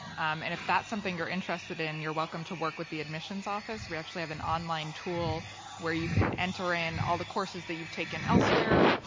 and if that's something you're interested in, you're welcome to work with the admissions office. we actually have an online tool where you can enter in all the courses that you've taken elsewhere.